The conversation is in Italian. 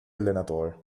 allenatore